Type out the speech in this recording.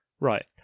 Right